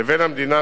לבין המדינה,